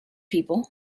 people